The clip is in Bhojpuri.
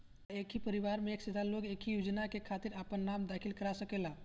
का एक परिवार में एक से ज्यादा लोग एक ही योजना के खातिर आपन नाम दाखिल करा सकेला?